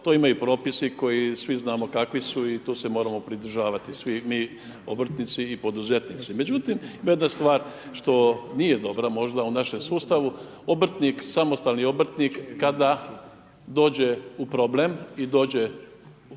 to ima i propisi koji svi znamo kakvi su i tu se možemo pridržavati svi mi obrtnici i poduzetnici. Međutim, ima jedna stvar što nije dobra možda u našem sustavu, obrtnik, samostalni obrtnik kada dođe u problem i dođe